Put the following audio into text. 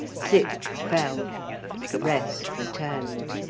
six fell the rest returned.